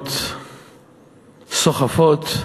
בתוכניות סוחפות,